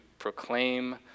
proclaim